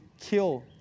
kill